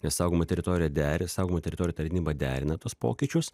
ne saugomą teritoriją deri saugomų teritorijų tarnyba derina tuos pokyčius